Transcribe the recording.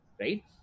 right